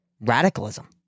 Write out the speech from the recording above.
radicalism